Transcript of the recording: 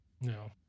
No